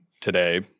today